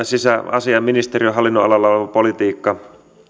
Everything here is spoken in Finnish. sisäasiainministeriön hallinnonalalla oleva politiikka